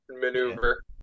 maneuver